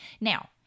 Now